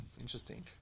Interesting